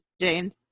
Jane